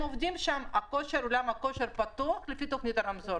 עובדים שם ואולמות הכושר פתוחים לפי תוכנית הרמזור.